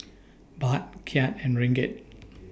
Baht Kyat and Ringgit